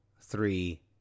three